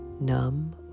numb